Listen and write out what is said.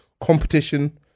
competition